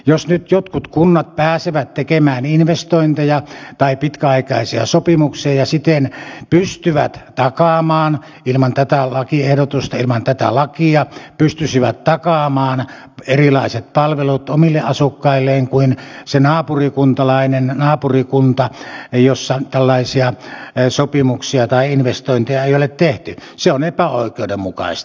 jos nyt jotkut kunnat pääsevät tekemään investointeja tai pitkäaikaisia sopimuksia ja siten pystyisivät takaamaan ilman tätä lakia erilaiset palvelut omille asukkailleen kuin se naapurikunta jossa tällaisia sopimuksia tai investointeja ei ole tehty se on epäoikeudenmukaista